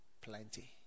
plenty